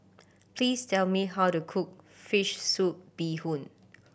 please tell me how to cook fish soup bee hoon